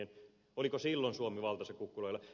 oliko silloin suomi valtansa kukkuloilla